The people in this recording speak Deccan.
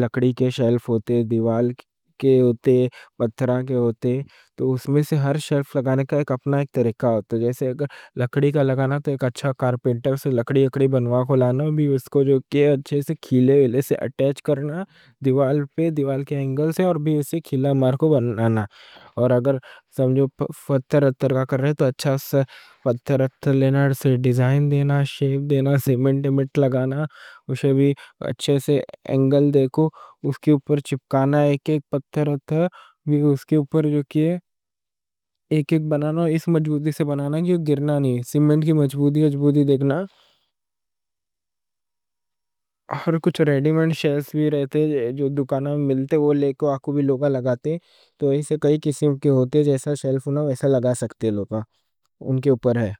لکڑی کے شیلف ہوتے، دیوال کے ہوتے، پتھرہ کے ہوتے۔ تو اس میں سے ہر شیلف لگانے کا اپنا ایک طریقہ ہوتا۔ جیسے اگر لکڑی کا لگانا تو ایک اچھا کارپنٹر سے لکڑی اکڑی بنوا کے لانا، اور اُس کو اچھے سے کیل ویلے سے اٹیچ کرنا۔ دیوال پہ، دیوال کے اینگل سے، اور بھی اُس پہ کیل مار کے بنانا۔ اور اگر سمجھو پتھرہ کا کر رہے تو اچھا پتھرہ لینا، ڈیزائن دینا، شیپ دینا، سیمنٹ لگانا۔ اسے بھی اچھے سے اینگل دیکھ کے اُس کے اوپر چپکانا، ایک ایک پتھرہ اُس کے اوپر ایک ایک بنانا۔ اس مضبوطی سے بنانا، یہ گرنا نہیں، سیمنٹ کی مضبوطی دیکھنا۔ اور کچھ ریڈی میڈ شیلفز بھی رہتے، جو دکانوں ملتے، وہ لے کو آپ بھی لوگا لگاتے۔ تو ایسے کرنا، جیسا شیلف ہونا ویسا لگا سکتے، لوگا ان کے اوپر ہے۔